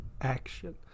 action